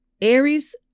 Aries